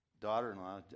daughter-in-law